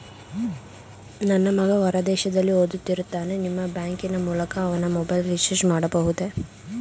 ನನ್ನ ಮಗ ಹೊರ ದೇಶದಲ್ಲಿ ಓದುತ್ತಿರುತ್ತಾನೆ ನಿಮ್ಮ ಬ್ಯಾಂಕಿನ ಮೂಲಕ ಅವನ ಮೊಬೈಲ್ ರಿಚಾರ್ಜ್ ಮಾಡಬಹುದೇ?